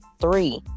three